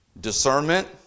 discernment